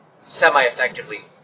semi-effectively